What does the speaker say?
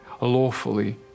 lawfully